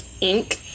ink